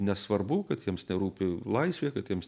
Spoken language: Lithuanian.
nesvarbu kad jiems nerūpi laisvė kad jiems